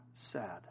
sad